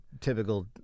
typical